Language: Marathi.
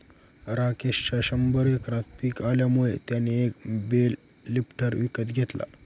राकेशच्या शंभर एकरात पिक आल्यामुळे त्याने एक बेल लिफ्टर विकत घेतला